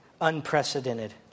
unprecedented